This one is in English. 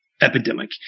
epidemic